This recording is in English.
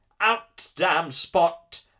Out-damn-spot